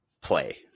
play